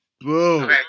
Boom